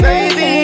Baby